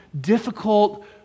difficult